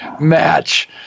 match